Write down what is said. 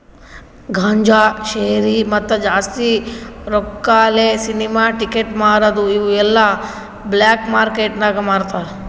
ಗಾಂಜಾ, ಶೇರಿ, ಮತ್ತ ಜಾಸ್ತಿ ರೊಕ್ಕಾಲೆ ಸಿನಿಮಾ ಟಿಕೆಟ್ ಮಾರದು ಇವು ಎಲ್ಲಾ ಬ್ಲ್ಯಾಕ್ ಮಾರ್ಕೇಟ್ ನಾಗ್ ಮಾರ್ತಾರ್